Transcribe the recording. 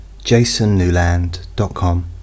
jasonnewland.com